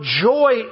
joy